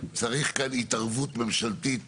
צריך כאן התערבות ממשלתית תקציבית,